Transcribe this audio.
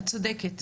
את צודקת.